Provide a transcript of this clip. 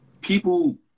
People